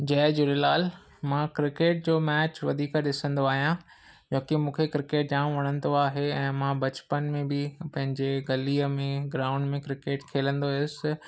जय झूलेलाल मां क्रिकेट जो मैच वधीक ॾिसंदो आहियां छो की मूंखे क्रिकेट जाम वणंदो आहे ऐं मां बचपन में बि पंहिंजे गलीअ में ग्राउंड में क्रिकेट खेलंदो हुयुसि